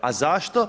A zašto?